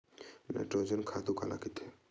Nitrogen खातु काला कहिथे?